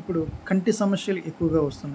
ఇప్పుడు కంటి సమస్యలు ఎక్కువగా వస్తున్నాయి